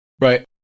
Right